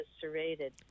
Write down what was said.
serrated